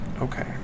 okay